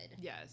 Yes